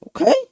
Okay